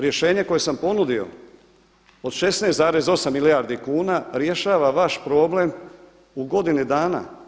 Rješenje koje sam ponudio od 16,8 milijardi kuna rješava vaš problem u godini dana.